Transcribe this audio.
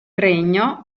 regno